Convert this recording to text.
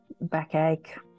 backache